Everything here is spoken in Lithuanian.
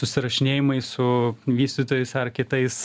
susirašinėjimai su vystytojais ar kitais